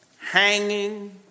hanging